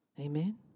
Amen